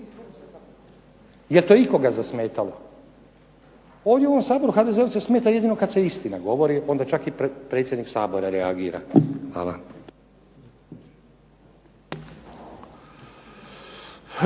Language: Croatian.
Jel to ikoga zasmetalo? Ovdje u ovom Saboru HDZ-ovce smeta jedino kad se istina govori, onda čak i predsjednik Sabora reagira. Hvala.